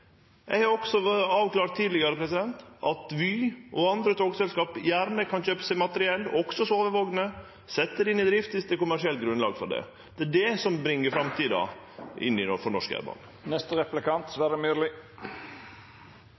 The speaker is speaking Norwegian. Eg har også avklart tidlegare at Vy og andre togselskap gjerne kan kjøpe seg materiell, også sovevogner, setje det inn i drift dersom det er kommersielt grunnlag for det. Det er det som er framtida for norsk